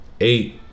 Eight